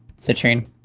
Citrine